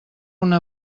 una